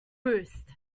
roost